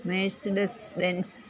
Mercedes Benz